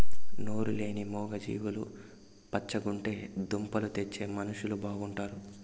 నోరు లేని మూగ జీవాలు పచ్చగుంటే దుంపలు తెచ్చే మనుషులు బాగుంటారు